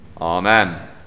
Amen